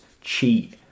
cheat